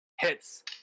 Hits